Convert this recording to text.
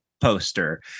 poster